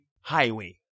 highway